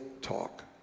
talk